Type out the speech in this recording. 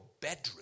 bedroom